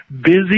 busy